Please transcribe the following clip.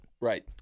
Right